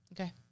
Okay